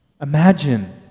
Imagine